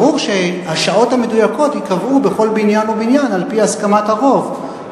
ברור שהשעות המדויקות ייקבעו בכל בניין ובניין על-פי הסכמת הרוב,